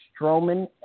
stroman